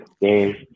game